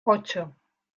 ocho